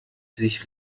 sich